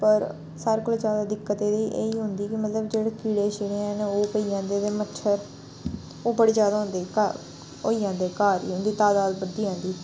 पर सारे कोला ज्यादा दिक्कत एहदी एह् ही होंदी के मतलब जेह्ड़े कीड़े छीड़े हैन ओह् पेई जंदे ते मच्छर ओह् बड़े ज्यादा होंदे घर होई जंदे घर उं'दी तादाद बधदी जंदी